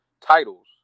titles